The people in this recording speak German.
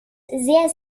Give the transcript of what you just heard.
sehr